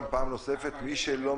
"ביקורי בית" ופיקוח על-ידי שוטרים.